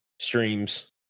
streams